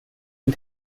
and